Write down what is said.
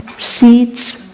seeds,